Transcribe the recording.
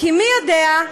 כי מי יודע,